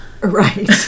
Right